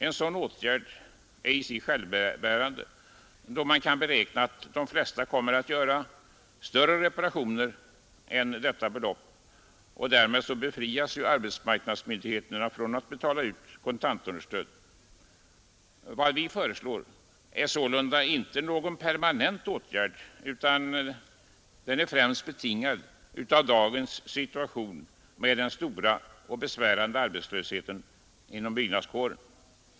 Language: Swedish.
En sådan åtgärd är i sig självbärande då man kan beräkna att de flesta kommer att göra större reparationer än för detta belopp. Därmed befrias arbetsmarknadsmyndigheterna från att betala ut kontantunderstöd. Vad vi föreslår är sålunda icke någon permanent åtgärd, utan vårt förslag är främst betingat av dagens situation med den stora och besvärande arbetslösheten inom byggarbetarkåren.